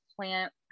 plant